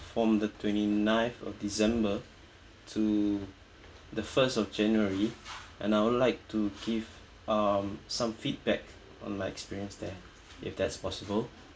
from the twenty nineth of december to the first of january and I would like to give um some feedback on my experience there if that's possible